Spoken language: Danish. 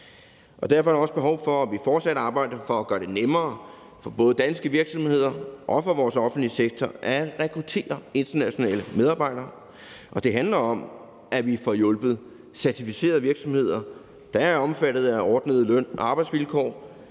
Derfor er der også behov for, at vi fortsat arbejder for at gøre det nemmere for både danske virksomheder og for vores offentlige sektor at rekruttere internationale medarbejdere, og det handler om, at vi får hjulpet certificerede virksomheder, der er omfattet af ordnede løn- og arbejdsvilkår,